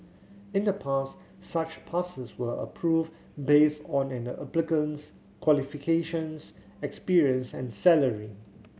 in the past such passes were approved based on an applicant's qualifications experience and salary